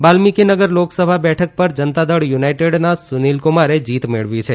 વાલ્મીકી નગર લોકસભા બેઠક પર જનતા દળ યુનાઇટેડના સુનીલ કુમારે જીત મેળવી છે